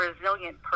resilient